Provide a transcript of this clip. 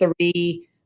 three